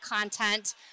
content